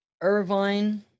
irvine